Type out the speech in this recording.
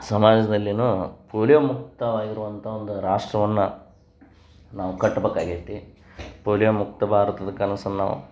ಸಮಾಜ್ದಲ್ಲಿಯೂ polio ಮುಕ್ತವಾಗಿರುವಂಥ ಒಂದು ರಾಷ್ಟ್ರವನ್ನು ನಾವು ಕಟ್ಬೇಕಾಗ್ಯೈತಿ ಪೋಲಿಯೋ ಮುಕ್ತ ಭಾರತದ ಕನಸನ್ನು ನಾವು